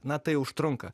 na tai užtrunka